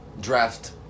draft